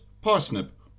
parsnip